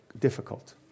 difficult